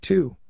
Two